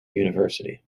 university